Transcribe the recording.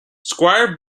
squire